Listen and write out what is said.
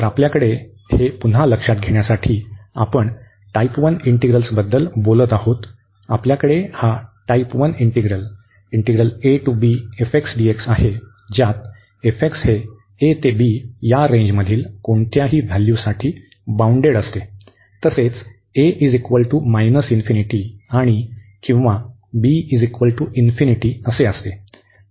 तर आपल्याकडे हे पुन्हा लक्षात घेण्यासाठी आपण टाइप 1 इंटिग्रल्स बद्दल बोलत आहोत आपल्याकडे हा टाइप 1 इंटिग्रल आहे ज्यात हे a ते b या रेंजमधील कोणत्याही व्हॅल्यूसाठी बाउंडेड असते तसेच आणि किंवा असते